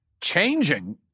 changing